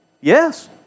Yes